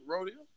Rodeo